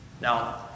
Now